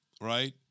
right